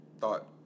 thought